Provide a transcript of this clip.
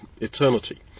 eternity